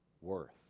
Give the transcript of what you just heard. worth